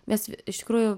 mes iš tikrųjų